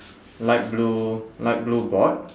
light blue light blue board